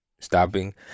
stopping